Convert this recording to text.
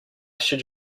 should